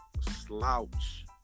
slouch